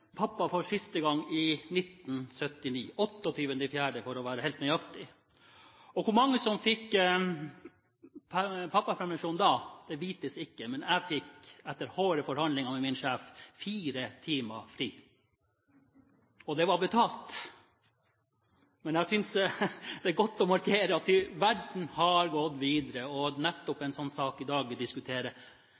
pappa for siste gang i 1979 – 28. april for å være helt nøyaktig. Hvor mange som fikk pappapermisjon da, vites ikke, men jeg fikk – etter harde forhandlinger med min sjef – fire timer fri. Og det var betalt. Men jeg synes det er godt å markere at verden har gått videre med en slik sak som vi i dag diskuterer